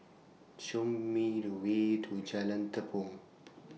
Show Me The Way to Jalan Tepong